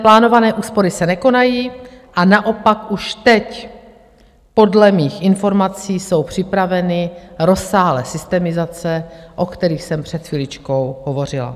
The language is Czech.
Plánované úspory se nekonají, a naopak už teď podle mých informací jsou připraveny rozsáhlé systemizace, o kterých jsem před chviličkou hovořila.